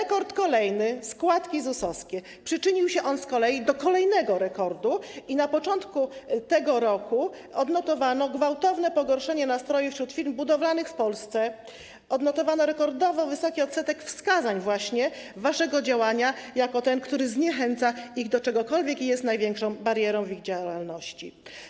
Rekord kolejny, składki ZUS-owskie, przyczynił się z kolei do kolejnego rekordu, i na początku tego roku odnotowano gwałtowne pogorszenie się nastrojów wśród firm budowlanych w Polsce i rekordowo wysoki odsetek wskazań właśnie na wasze działanie jako te, które zniechęca do czegokolwiek i jest największą barierą w działalności.